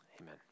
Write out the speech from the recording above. amen